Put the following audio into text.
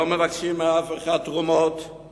לא מבקשים תרומות מאף אחד.